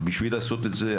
כדי לעשות את זה,